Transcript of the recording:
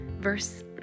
verse